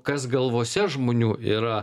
kas galvose žmonių yra